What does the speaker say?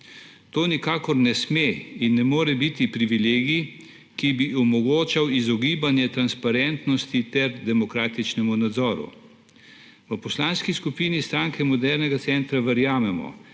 To nikakor ne sme in ne more biti privilegij, ki bi omogočal izogibanje transparentnosti ter demokratičnemu nadzoru. V Poslanski skupini Stranke modernega centra verjamemo,